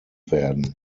werden